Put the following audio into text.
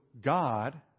God